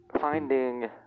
finding